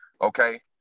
okay